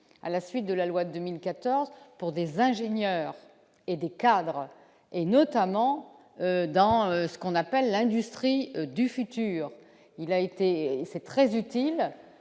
à la suite de la loi de 2014 pour des des ingénieurs et des cadres, et notamment dans ce qu'on appelle l'industrie du futur, il a été, c'est très utile